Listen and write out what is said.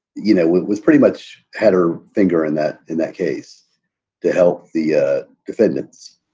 you know, it was pretty much had her finger in that in that case to help the ah defendants